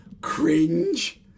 cringe